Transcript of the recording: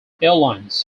airlines